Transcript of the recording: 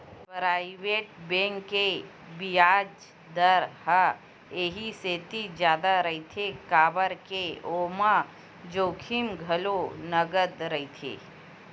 private bank के बियाज दर ह इहि सेती जादा रहिथे काबर के ओमा जोखिम घलो नँगत रहिथे